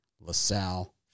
LaSalle